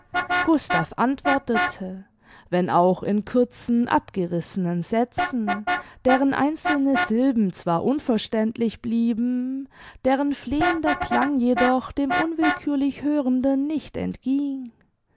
gustav antwortete wenn auch in kurzen abgerissenen sätzen deren einzelne silben zwar unverständlich blieben deren flehender klang jedoch dem unwillkürlich hörenden nicht